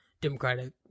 Democratic